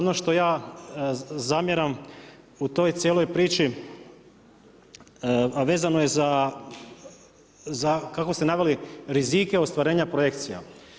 Ono što ja zamjeram u toj cijeloj priči, a vezano je za kako ste naveli rizike ostvarenja projekcija.